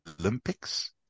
Olympics